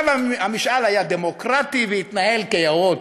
עכשיו המשאל היה דמוקרטי והתנהל כיאות.